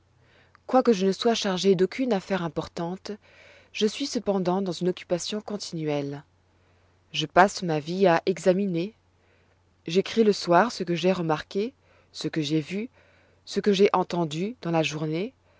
quoique je ne sois chargé d'aucune affaire importante je suis cependant dans une occupation continuelle je passe ma vie à examiner j'écris le soir ce que j'ai remarqué ce que j'ai vu ce que j'ai entendu dans la journée